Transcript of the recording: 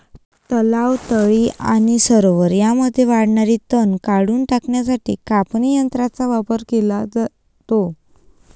तलाव, तळी आणि सरोवरे यांमध्ये वाढणारे तण काढून टाकण्यासाठी कापणी यंत्रांचा वापर केला जातो